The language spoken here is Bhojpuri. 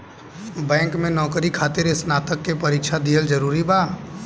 बैंक में नौकरी खातिर स्नातक के परीक्षा दिहल जरूरी बा?